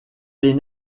les